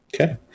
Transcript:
Okay